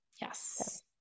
yes